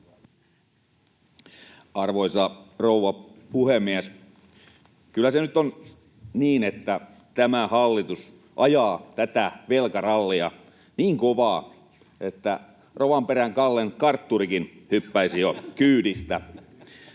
Arvoisa rouva puhemies! Kyllä se nyt on niin, että tämä hallitus ajaa tätä velkarallia niin kovaa, että Rovanperän Kallen kartturikin hyppäisi jo kyydistä.